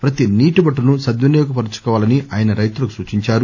ప్రతి నీటిబొట్టును సద్వినియోగపర్చుకోవాలని ఆయన రైతులకు సూచించారు